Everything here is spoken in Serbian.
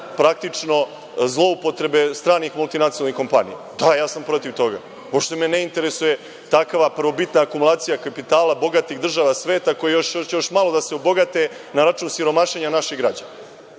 praktično, zloupotrebe stranih multinacionalnih kompanija. Da, ja sam protiv toga. Uopšte me ne interesuje takva prvobitna akumulacija kapitala bogatih država sveta koje hoće još malo da se obogate na račun siromašenja naših građana. Da,